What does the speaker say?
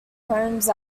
homes